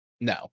No